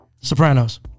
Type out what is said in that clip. Sopranos